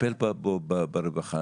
נטפל ברווחה,